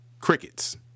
Crickets